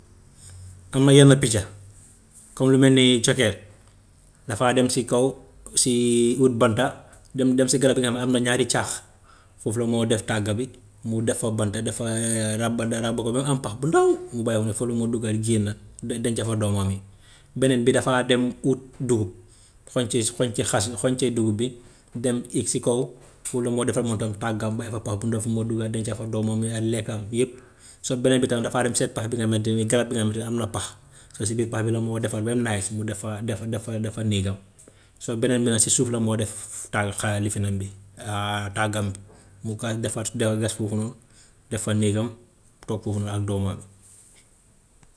Am na yenn picca comme lu mel ni cokkeer dafa dem si kaw si ut banta dem dem si garab yi nga xam ne am na ñaari caax foofu la moo def tàgg bi, mu def fa banta, def fa, ràbb dara ba ko ba mu am pax bu ndaw mu bàyyi mu fa la mu dugga génn de- denc fa doomam yi. Beneen bi dafa dem ut dugub, xonc, xonc xas bi xonc dugub bi dem éeg si kaw foofu la moo defar moom tam tàggam bàyyi fa pax bu ndaw fu moo dugga denc fa doomam yi ak lekka bi yëpp. So beneen bi tamit dafaa dem seet pax bi nga xamante ni garab bi nga xamante ne am na pax, so si biir pax bi la moo defar ba mu nice mu def fa def def fa def fa néegam. So beneen si suuf la moo def ta- xaa lifinam bi tàggam bi, mu kaa defar su dee foofu noonu def fa néegam, toog foofu noonu ak doomam.